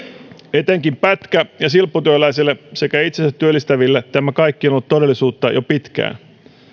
etenkin pätkä ja silpputyöläisille sekä itsensä työllistäville tämä kaikki on ollut todellisuutta jo pitkään